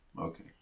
Okay